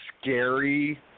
scary